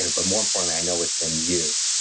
ah but more importantly, i know it's in you.